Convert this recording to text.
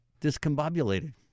discombobulated